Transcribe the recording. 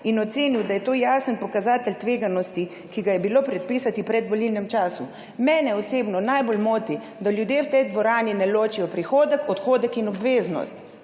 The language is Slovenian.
in ocenil, da je to jasen pokazatelj tveganosti, ki ga je bilo pripisati predvolilnemu času. Mene osebno najbolj moti, da ljudje v tej dvorani ne ločijo prihodek, odhodek in obveznost.